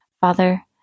Father